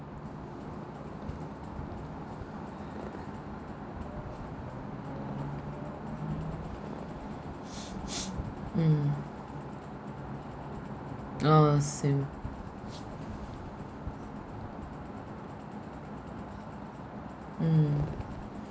mm ah same mm